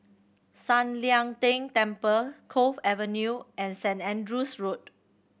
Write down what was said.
San Lian Deng Temple Cove Avenue and Saint Andrew's Road